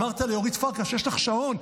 אמרת לאורית פרקש: יש לך שעון?